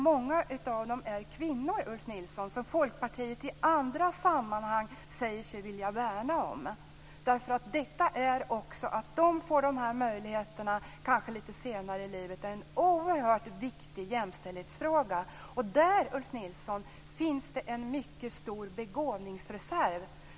Många av dem är också kvinnor, Ulf Nilsson, som Folkpartiet i andra sammanhang säger sig vilja värna om. Att de får de här möjligheterna, kanske lite senare i livet, är en oerhört viktig jämställdhetsfråga. Där, Ulf Nilsson, finns det en mycket stor begåvningsreserv.